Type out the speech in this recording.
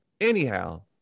Anyhow